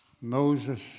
Moses